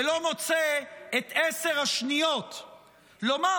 ולא מוצא את עשר השניות לומר,